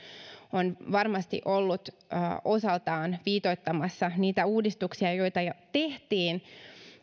on varmasti ollut osaltaan viitoittamassa niitä uudistuksia joita jo tehtiin